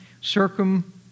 circum